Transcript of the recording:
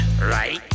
Right